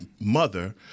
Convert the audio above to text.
mother